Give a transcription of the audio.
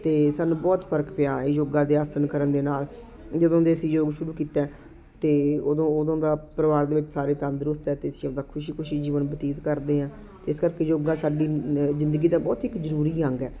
ਅਤੇ ਸਾਨੂੰ ਬਹੁਤ ਫਰਕ ਪਿਆ ਯੋਗਾ ਦੇ ਆਸਣ ਕਰਨ ਦੇ ਨਾਲ ਜਦੋਂ ਦੇ ਅਸੀਂ ਯੋਗ ਸ਼ੁਰੂ ਕੀਤਾ ਅਤੇ ਉਦੋਂ ਉਦੋਂ ਦਾ ਪਰਿਵਾਰ ਦੇ ਵਿੱਚ ਸਾਰੇ ਤੰਦਰੁਸਤ ਅਤੇ ਅਸੀਂ ਆਪਣਾ ਖੁਸ਼ੀ ਖੁਸ਼ੀ ਜੀਵਨ ਬਤੀਤ ਕਰਦੇ ਹਾਂ ਇਸ ਕਰਕੇ ਯੋਗਾ ਸਾਡੀ ਜ਼ਿੰਦਗੀ ਦਾ ਬਹੁਤ ਹੀ ਇੱਕ ਜ਼ਰੂਰੀ ਅੰਗ ਹੈ